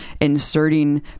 inserting